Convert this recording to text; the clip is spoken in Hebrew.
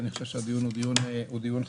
אני חושב שהדיון הוא דיון חשוב.